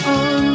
on